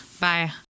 Bye